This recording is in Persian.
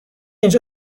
اینجا